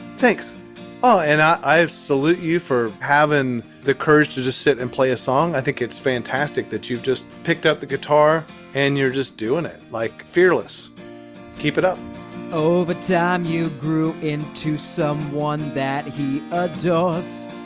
thanks oh, and i salute you for having the courage to just sit and play a song. i think it's fantastic that you've just picked up the guitar and you're just doing it like fearless keep it up over time. but yeah um you grew in to some one that he does.